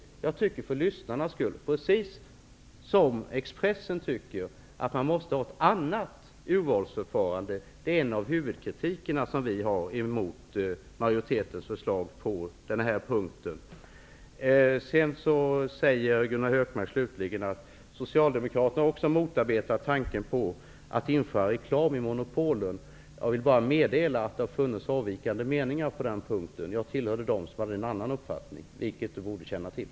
För lyssnarnas skull tycker jag precis som Expressen, nämligen att det måste finnas ett annat urvalsförfarande. Det är bl.a. detta som vår huvudsakliga kritik mot majoritetens förslag gäller. Gunnar Hökmark säger att Socialdemokraterna också har motarbetat tanken på ett införande av reklam i monopolet. Men jag vill då meddela att det har förekommit avvikande meningar på den punkten, och jag var en av dem som hade en avvikande uppfattning. Det borde Gunnar Hökmark känna till.